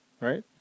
Right